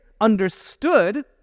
understood